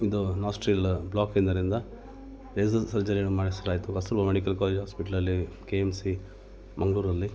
ಇದು ನಾಸ್ಟ್ರಿಲ್ ಬ್ಲೋಕಿದ್ದರಿಂದ ನೇಝಲ್ ಸರ್ಜರಿಯನ್ನು ಮಾಡಿಸಲಾಯಿತು ಕಸ್ತೂರ್ಬಾ ಮೆಡಿಕಲ್ ಕಾಲೇಜ್ ಆಸ್ಪಿಟ್ಲಲ್ಲಿ ಕೆ ಎಮ್ ಸಿ ಮಂಗಳೂರಲ್ಲಿ